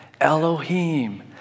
Elohim